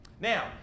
Now